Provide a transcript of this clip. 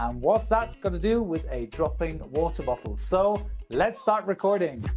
and what's that got to do with a dropping water bottle? so let's start recording!